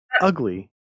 ugly